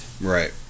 Right